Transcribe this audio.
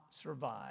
survive